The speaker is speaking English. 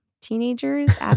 teenagers